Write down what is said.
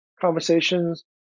conversations